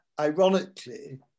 ironically